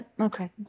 Okay